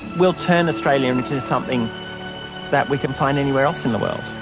we'll turn australia into something that we can find anywhere else in the world.